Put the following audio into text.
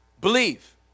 Believe